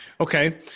Okay